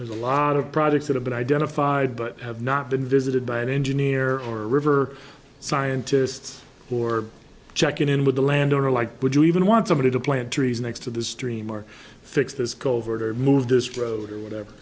there's a lot of projects that have been identified but have not been visited by an engineer or a river scientists who are checking in with the landowner like would you even want somebody to plant trees next to the stream or fix this culvert or move destro or whatever